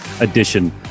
edition